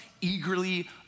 eagerly